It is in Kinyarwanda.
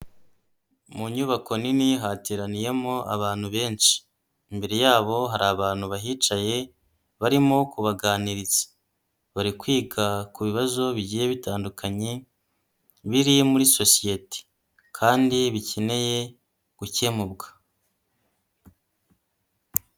Mu nyubako nini hateraniyemo abantu benshi, imbere yabo hari abantu bahicaye barimo kubaganiriza, bari kwiga ku bibazo bigiye bitandukanye biri muri sosiyete kandi bikeneye gukemurwa.